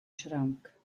schrank